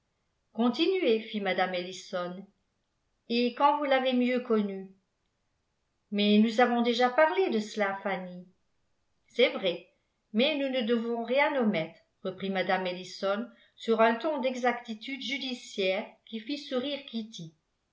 continuez fit mme ellison et quand vous l'avez mieux connu mais nous avons déjà parlé de cela fanny c'est vrai mais nous ne devons rien omettre reprit mme ellison sur un ton d'exactitude judiciaire qui fit sourire kitty